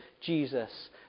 Jesus